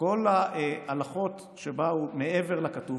כל ההלכות שבאו מעבר לכתוב,